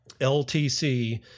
LTC